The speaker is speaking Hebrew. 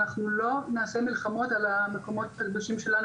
שלא נעשה מלחמות על המקומות הקדושים שלנו